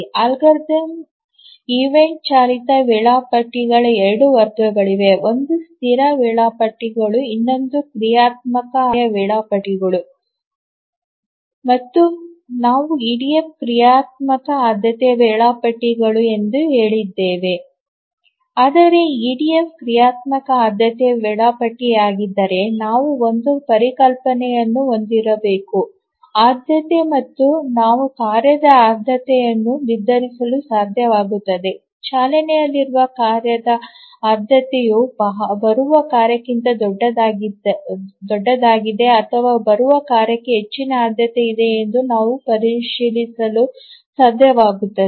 algorithm event ಚಾಲಿತ ವೇಳಾಪಟ್ಟಿಗಳ 2 ವರ್ಗಗಳಿವೆ ಒಂದು ಸ್ಥಿರ ವೇಳಾಪಟ್ಟಿಗಳು ಇನ್ನೊಂದು ಕ್ರಿಯಾತ್ಮಕ ಆದ್ಯತೆಯ ವೇಳಾಪಟ್ಟಿಗಳು ಮತ್ತು ನಾವು ಇಡಿಎಫ್ ಕ್ರಿಯಾತ್ಮಕ ಆದ್ಯತೆಯ ವೇಳಾಪಟ್ಟಿ ಎಂದು ಹೇಳಿದ್ದೇವೆ ಆದರೆ ಇಡಿಎಫ್ ಕ್ರಿಯಾತ್ಮಕ ಆದ್ಯತೆಯ ವೇಳಾಪಟ್ಟಿಯಾಗಿದ್ದರೆ ನಾವು ಒಂದು ಪರಿಕಲ್ಪನೆಯನ್ನು ಹೊಂದಿರಬೇಕು ಆದ್ಯತೆ ಮತ್ತು ನಾವು ಕಾರ್ಯದ ಆದ್ಯತೆಯನ್ನು ನಿರ್ಧರಿಸಲು ಸಾಧ್ಯವಾಗುತ್ತದೆ ಚಾಲನೆಯಲ್ಲಿರುವ ಕಾರ್ಯದ ಆದ್ಯತೆಯು ಬರುವ ಕಾರ್ಯಕ್ಕಿಂತ ದೊಡ್ಡದಾಗಿದೆ ಅಥವಾ ಬರುವ ಕಾರ್ಯಕ್ಕೆ ಹೆಚ್ಚಿನ ಆದ್ಯತೆ ಇದೆಯೇ ಎಂದು ನಾವು ಪರಿಶೀಲಿಸಲು ಸಾಧ್ಯವಾಗುತ್ತದೆ